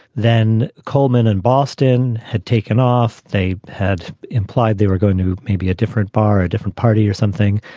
then coleman and boston had taken off. they had implied they were going to maybe a different bar, a different party or something.